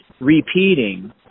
repeating